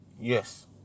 Yes